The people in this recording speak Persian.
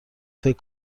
فکر